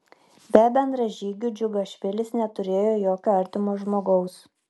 be bendražygių džiugašvilis neturėjo jokio artimo žmogaus